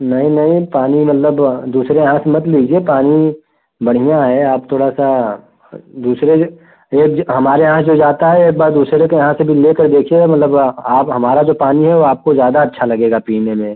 नहीं नहीं पानी मतलब दूसरे यहाँ से मत लीजिए पानी बढ़िया है आप थोड़ा सा दूसरे एब्ज हमारे यहाँ जो जाता है एक बार दूसरे के यहाँ से भी लेकर देखिए मतलब आप हमारा जो पानी है वो आपको ज़्यादा अच्छा लगेगा पीने में